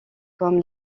comme